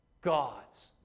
God's